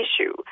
issue